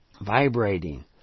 Vibrating